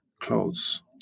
clothes